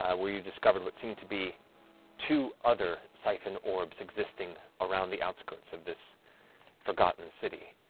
ah where you discovered what seemed to be two other siphon orbs existing around the outskirts of this forgotten city,